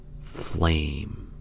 flame